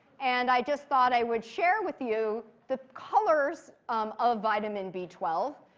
and i just thought i would share with you the colors um of vitamin b twelve.